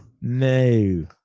No